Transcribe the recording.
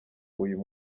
uyu